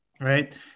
right